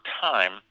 time